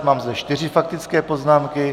Mám zde čtyři faktické poznámky.